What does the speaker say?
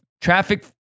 traffic